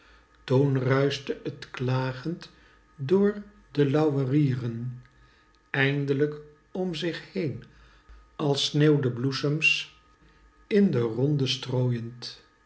toen ruischte t klagend door de lauwerieren eindlijk om zich heen als sneeuw de bloesems in den ronde strooyend